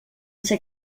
ser